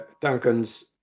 Duncan's